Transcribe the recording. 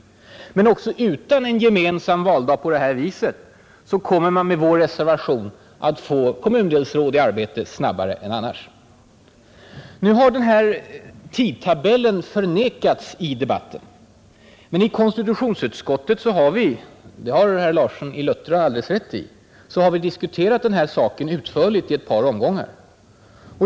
Men också utan en gemensam valdag på detta sätt kommer man, om vår reservation bifalles, att få kommundelsråd i arbete snabbare än annars, Nu har den här tidtabellen förnekats i debatten. Men i konstitutionsutskottet har vi, det har herr Larsson i Luttra alldeles rätt i, diskuterat denna sak utförligt i ett par omgångar.